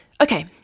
Okay